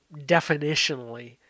definitionally